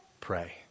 Pray